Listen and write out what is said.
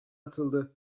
atıldı